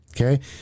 Okay